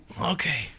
Okay